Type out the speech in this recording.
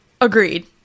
Agreed